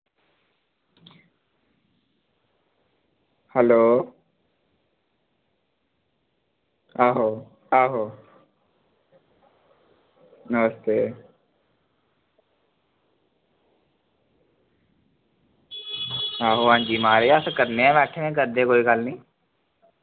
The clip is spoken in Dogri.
हैलो आहो आहो नमस्ते कोई गल्ल निं अस म्हाराज करने ई बैठे दे कोई गल्ल निं